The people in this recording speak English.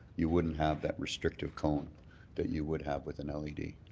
you wouldn't have that restrictive cone that you would have with an ah